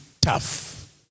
tough